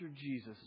Jesus